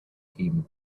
him